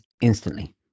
instantly